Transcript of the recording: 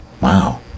Wow